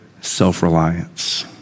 self-reliance